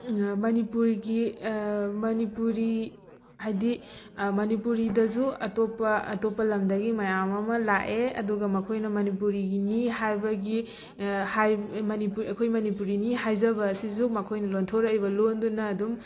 ꯃꯅꯤꯄꯨꯔꯒꯤ ꯃꯅꯤꯄꯨꯔꯤ ꯍꯥꯏꯗꯤ ꯃꯅꯤꯄꯨꯔꯤꯗꯁꯨ ꯑꯇꯣꯞꯄ ꯑꯇꯣꯞꯄ ꯂꯝꯗꯒꯤ ꯃꯌꯥꯝ ꯑꯃ ꯂꯥꯛꯑꯦ ꯑꯗꯨꯒ ꯃꯈꯣꯏꯅ ꯃꯅꯤꯄꯨꯔꯤꯒꯤꯅꯤ ꯍꯥꯏꯕꯒꯤ ꯑꯩꯈꯣꯏ ꯃꯅꯤꯄꯨꯔꯤꯅꯤ ꯍꯥꯏꯖꯕ ꯑꯁꯤꯁꯨ ꯃꯈꯣꯏꯅ ꯂꯣꯟꯊꯣꯔꯛꯏꯕ ꯂꯣꯟꯗꯨꯅ ꯑꯗꯨꯝ